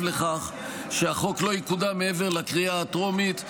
לכך שהחוק לא יקודם מעבר לקריאה הטרומית,